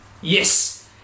Yes